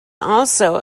also